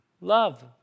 Love